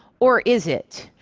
or is it?